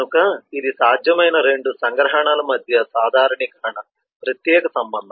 కనుక ఇది సాధ్యం అయిన 2 సంగ్రహణల మధ్య సాధారణీకరణ ప్రత్యేక సంబంధం